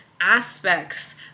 aspects